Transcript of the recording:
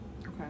okay